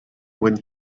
when